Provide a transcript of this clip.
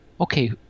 okay